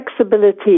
flexibility